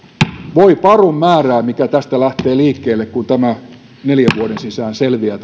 voi parun määrää mikä tästä lähtee liikkeelle kun todellisuus neljän vuoden sisään selviää